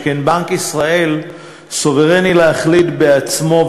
שכן בנק ישראל סוברני להחליט בעצמו,